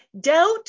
Doubt